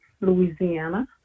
Louisiana